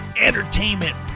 entertainment